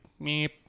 meep